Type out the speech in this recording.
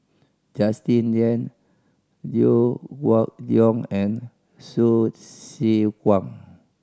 Justin Lean Liew Geok Leong and Hsu Tse Kwang